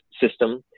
system